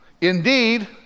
Indeed